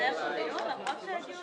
לחקלאות אין כסף.